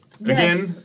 Again